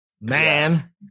man